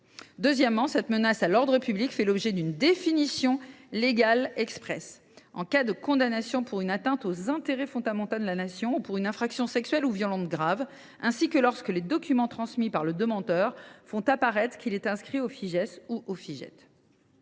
deuxièmement, que la menace à l’ordre public ferait l’objet d’une définition légale expresse, en cas de condamnation pour une atteinte aux intérêts fondamentaux de la Nation ou pour une infraction sexuelle ou violente grave, ainsi que lorsque les documents transmis par le demandeur font apparaître qu’il est inscrit au Fijais ou au Fijait.